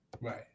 Right